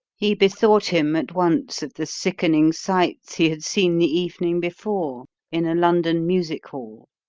he bethought him at once of the sickening sights he had seen the evening before in a london music-hall